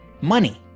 money